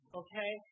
okay